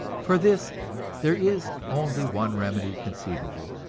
for this there is only one remedy conceivable.